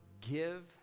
give